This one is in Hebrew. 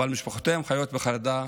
אבל משפחותיהם חיות בחרדה